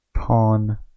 pawn